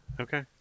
Okay